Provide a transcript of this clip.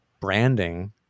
branding